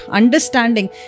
understanding